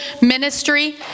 ministry